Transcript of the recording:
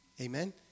Amen